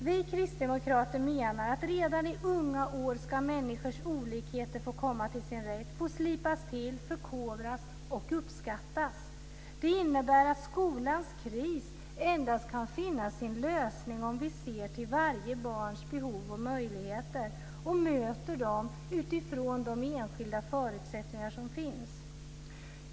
Vi kristdemokrater menar att redan i unga år ska människors olikheter få komma till sin rätt, få slipas till, förkovras och uppskattas. Det innebär att skolans kris endast kan finna sin lösning om vi ser till varje barns behov och möjligheter och möter dem utifrån de enskilda förutsättningar som finns.